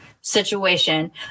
situation